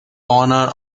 honor